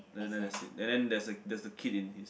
other than that that's it and then there's there's a kid in this